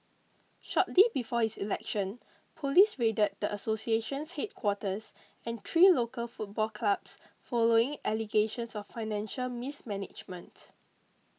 shortly before his election police raided the association's headquarters and three local football clubs following allegations of financial mismanagement